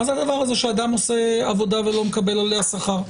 מה זה הדבר הזה שאדם עושה עבודה ולא מקבל עליה שכר,